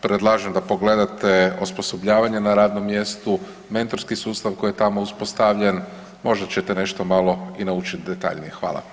Predlažem da pogledate osposobljavanje na radnom mjestu, mentorski sustav koji je tamo uspostavljen, možda ćete nešto malo i naučiti detaljnije.